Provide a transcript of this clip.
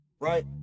right